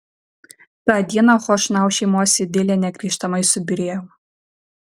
tą dieną chošnau šeimos idilė negrįžtamai subyrėjo